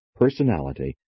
personality